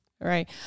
Right